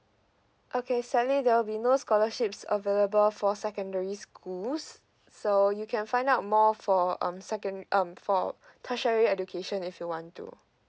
okay sally there will be no scholarships available for secondary schools so you can find out more for um second um for tertiary education if you want to